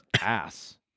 ass